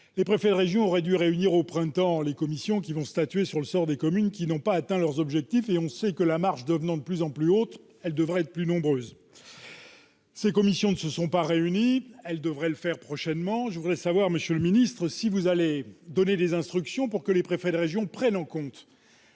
Les préfets de région auraient dû réunir au printemps les commissions appelées à statuer sur le sort des communes qui n'ont pas atteint leurs objectifs ; on sait que, la marche devenant de plus en plus haute, elles devraient être plus nombreuses. Ces commissions ne se sont finalement pas réunies, mais elles devraient le faire prochainement. Je voudrais savoir, monsieur le ministre, si vous allez donner des instructions pour que les préfets de région prennent en compte